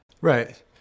Right